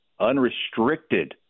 unrestricted